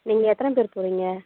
நீங்கள் எத்தனை பேர் போகறீங்க